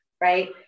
Right